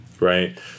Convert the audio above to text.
right